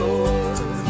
Lord